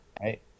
right